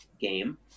game